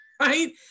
Right